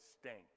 stank